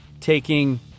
taking